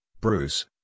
Bruce